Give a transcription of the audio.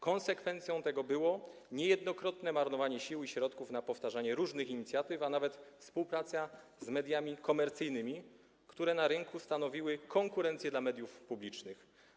Konsekwencją tego było niejednokrotnie marnowanie sił i środków na powtarzanie różnych inicjatyw, a nawet współpraca z mediami komercyjnymi, które na rynku stanowiły konkurencję dla mediów publicznych.